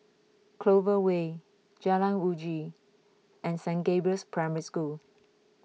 Clover Way Jalan Uji and Saint Gabriel's Primary School